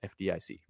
FDIC